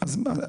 אז מה?